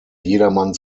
jedermann